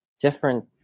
different